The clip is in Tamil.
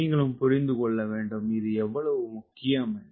நீங்களும் புரிந்துகொள்ளவேண்டும் இது எவ்வளவு முக்கியமென்று